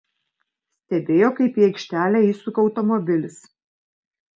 stebėjo kaip į aikštelę įsuka automobilis